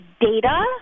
data